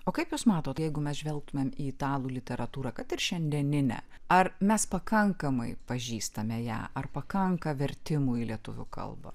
o kaip jūs matot jeigu mes žvelgtumėm į italų literatūrą kad ir šiandieninę ar mes pakankamai pažįstame ją ar pakanka vertimų į lietuvių kalbą